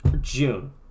June